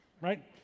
right